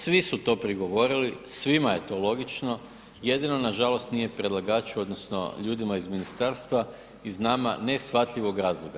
Svi su to prigovorili svima je to logično jedino nažalost nije predlagaču odnosno ljudima iz ministarstva iz nama neshvatljivog razloga.